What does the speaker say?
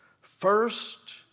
First